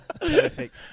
Perfect